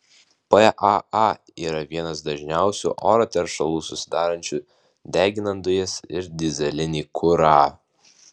paa yra vienas dažniausių oro teršalų susidarančių deginant dujas ir dyzelinį kurą